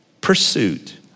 pursuit